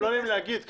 לא נעים לי להגיד,